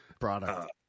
Product